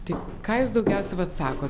tai ką jūs daugiausia vat sakot